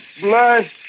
blood